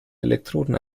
elektroden